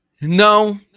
no